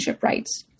rights